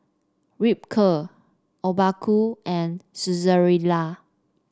Ripcurl Obaku and Saizeriya